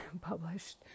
published